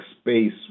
space